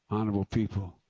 honorable people.